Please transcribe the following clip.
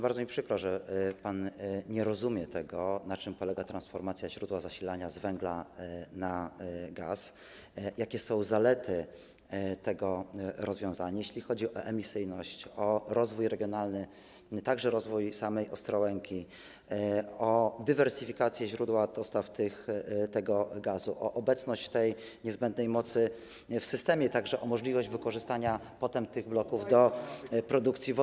Bardzo mi przykro, że pan nie rozumie, na czym polega transformacja źródła zasilania z węgla na gaz i jakie są zalety tego rozwiązania, jeśli chodzi o emisyjność, o rozwój regionalny, rozwój samej Ostrołęki, o dywersyfikację źródła dostaw tego gazu, o obecność tej niezbędnej mocy w systemie, a także o możliwość wykorzystania potem tych bloków do produkcji wodoru.